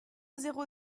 zéro